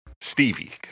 Stevie